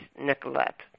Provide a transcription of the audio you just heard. Nicolette